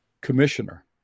commissioner